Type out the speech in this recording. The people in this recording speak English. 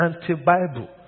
anti-bible